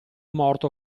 morto